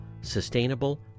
sustainable